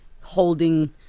holding